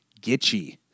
Gitchy